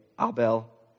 Abel